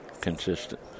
consistent